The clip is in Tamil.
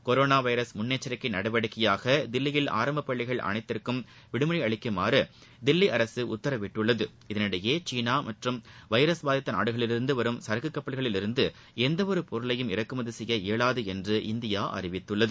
கொரோனா வைரஸ் முன்னெச்சிக்கை நடவடிக்கைபாக தில்லியில் ஆரம்பப் பள்ளிகள் அனைத்தைக்கும் விடுமுறை அளிக்குமாறு தில்லி அரசு உத்தரவிட்டுள்ளது இதனிடையே சீனா மற்றும் வைரஸ் பாதித்த நாடுகளிலிருந்து வரும் சரக்கு கப்பல்களிலிருந்து எந்த ஒரு பொருளையும் இறக்குமதி செய்ய இயலாது என்று இந்தியா அறிவித்துள்ளது